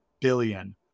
billion